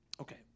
Okay